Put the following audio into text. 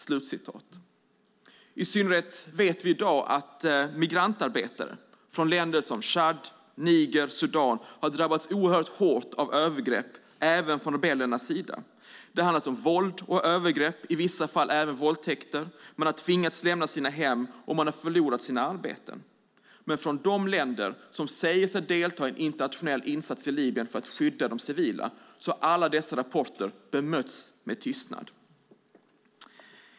Vi vet i dag att i synnerhet migrantarbetare från länder som Tchad, Niger och Sudan har drabbats oerhört hårt av övergrepp även från rebellernas sida. Det har handlat om våld och övergrepp - i vissa fall även våldtäkter. Man har tvingats lämna sina hem, och man har förlorat sina arbeten. Men från de länder som säger sig delta i en internationell insats i Libyen för att skydda de civila har alla dessa rapporter bemötts med tystnad.